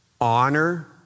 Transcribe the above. honor